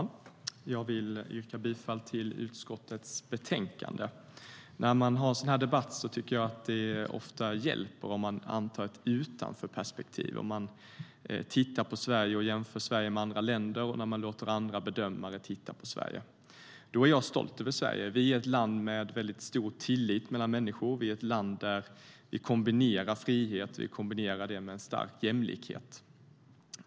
Herr talman! Jag yrkar bifall till utskottets förslag i betänkandet. I en sådan här debatt hjälper det ofta att anta ett utanförperspektiv genom att jämföra Sverige med andra länder och låta andra bedömare titta på Sverige. Då blir jag stolt över Sverige. Vi är ett land med stor tillit mellan människor där vi kombinerar frihet med stor jämlikhet.